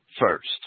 first